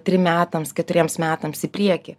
trim metams keturiems metams į priekį